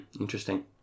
Interesting